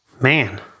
Man